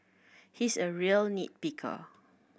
he is a real nit picker